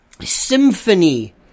symphony